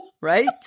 Right